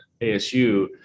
ASU